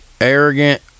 arrogant